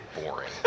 boring